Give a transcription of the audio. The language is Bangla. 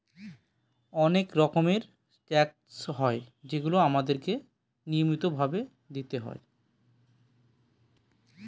অনেক রকমের ট্যাক্স হয় যেগুলো আমাদেরকে নিয়মিত ভাবে দিতে হয়